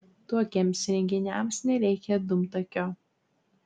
tokiems įrenginiams nereikia dūmtakio